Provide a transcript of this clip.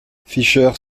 fischer